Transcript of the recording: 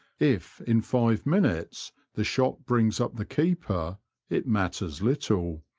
if in five minutes the shot brings up the keeper it matters little,